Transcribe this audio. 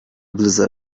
blizzard